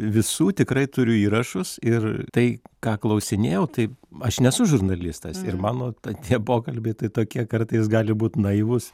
visų tikrai turiu įrašus ir tai ką klausinėjau tai aš nesu žurnalistas ir mano tie pokalbiai tai tokie kartais gali būt naivūs